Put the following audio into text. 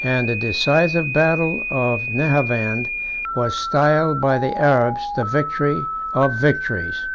and the decisive battle of nehavend was styled by the arabs the victory of victories.